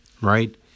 Right